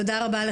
תודה רבה,